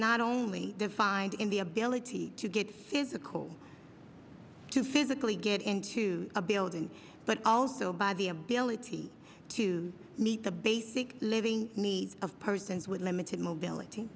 not only defined in the ability to get physical to physically get into a building but also by the ability to meet the basic living needs of persons with limited mobility